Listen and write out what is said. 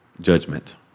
judgment